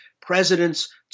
presidents